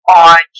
on